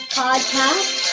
podcast